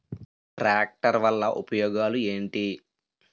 Tractor వల్ల ఉపయోగాలు ఏంటీ?